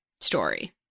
story